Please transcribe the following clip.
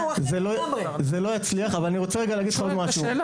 אבל אני רוצה רגע להגיד לך עוד משהו.